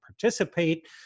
participate